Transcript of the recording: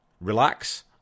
relax